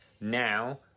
now